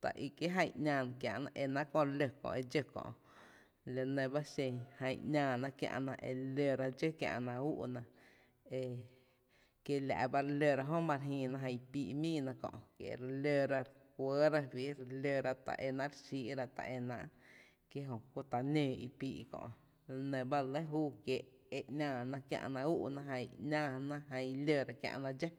ta i kié’ jyn i ‘náána kiä’ ná ta e náá’ kö e re ló kö’ kö e dxó kö’ la nɇ ba xen jan i ‘naána kiä’na re lóra dxó kiä’na úúná kie la’ ba re lóra jö ma re jïï na jan i píí’ míi ná kö’ kie’ re lóra re kuɇɇ ra fí, ta era re xíí’ra, ta énáá’ ki jö kú ta nǿǿ i píí’ kö’, la nɇ ba re lɇ júú kiéé’ e nááná kiä’na úú’na jan i lora kiä’na dxó.